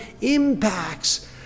impacts